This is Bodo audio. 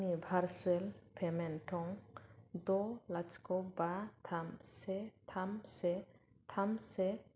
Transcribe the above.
आंनि भारसुएल पेमेन्ट थं द' लाथिख' बा थाम से थाम से थाम से